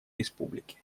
республики